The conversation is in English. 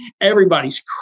everybody's